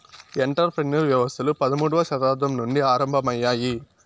enter ప్రెన్యూర్ వ్యవస్థలు పదమూడవ శతాబ్దం నుండి ఆరంభమయ్యాయి